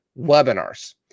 webinars